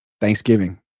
Thanksgiving